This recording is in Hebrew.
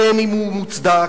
בין שהוא מוצדק,